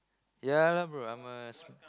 ya lah bro I'm a